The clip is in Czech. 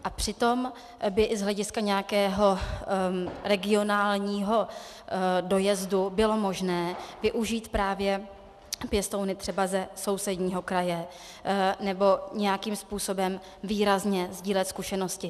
A přitom by i z hlediska nějakého regionálního dojezdu bylo možné využít právě pěstouny třeba ze sousedního kraje nebo nějakým způsobem výrazně sdílet zkušenosti.